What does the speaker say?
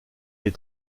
les